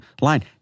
line